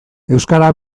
euskara